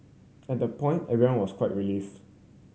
and the point everyone was quite relieved